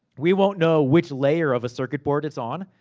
we won't know which layer of circuit board it's on.